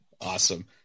Awesome